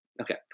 Okay